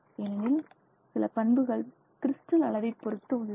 ஏனெனில் சில பண்புகள் கிறிஸ்டல் அளவைப் பொறுத்து உள்ளன